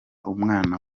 umwana